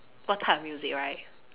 what type of music right